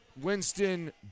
Winston